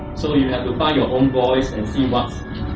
so you have to find your own voice and see what